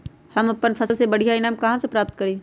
हम अपन फसल से बढ़िया ईनाम कहाँ से प्राप्त करी?